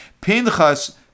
Pinchas